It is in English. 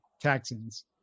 Texans